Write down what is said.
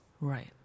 right